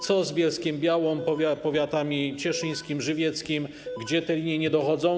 Co z Bielskiem-Białą, powiatami cieszyńskim, żywieckim, gdzie te linie nie dochodzą?